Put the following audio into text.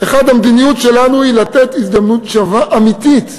1. המדיניות שלנו היא לתת הזדמנות שווה אמיתית